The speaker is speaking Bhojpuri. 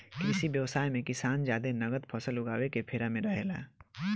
कृषि व्यवसाय मे किसान जादे नगद फसल उगावे के फेरा में रहेला